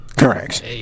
Correct